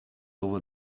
over